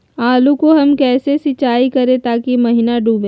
आलू को हम कैसे सिंचाई करे ताकी महिना डूबे?